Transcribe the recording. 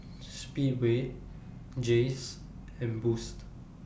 Speedway Jays and Boost